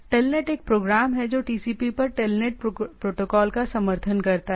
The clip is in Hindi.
टेलनेट एक प्रोग्राम है जो TCP पर टेलनेट प्रोटोकॉल का समर्थन करता है